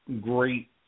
great